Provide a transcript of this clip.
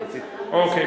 אוקיי,